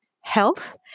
health